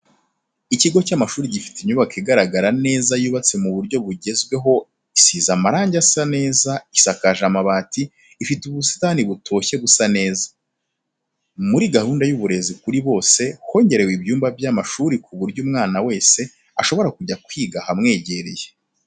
Ikigo cy'amashuri gifite inyubako igaragara neza yubatse mu buryo bugezweho isize amarange asa neza isakajwe amabati, ifite ubusitani butoshye busa neza. Muri gahunda y'uburezi kuri bose hongerewe ibyumba by'amashuri ku buryo umwana wese ashobora kujya kwiga ahamwegereye.